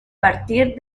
partir